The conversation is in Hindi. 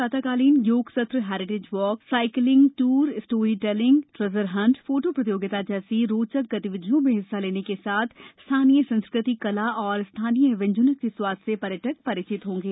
प्रातःकालीन योग सत्र heritage walks cycling tour story telling treasure hunt photo प्रतियोगिता जैसी रोचक गतिविधियों में हिस्सा लेने के साथ स्थानीय संस्कृति कला और स्थानीय व्यंजनों के स्वाद से पर्यटक परिचित होंगे